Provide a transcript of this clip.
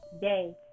day